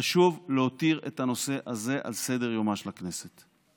חשוב להותיר את הנושא הזה על סדר-יומה של הכנסת.